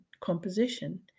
composition